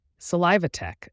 Salivatech